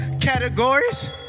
Categories